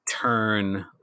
turn